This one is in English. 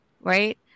right